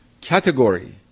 category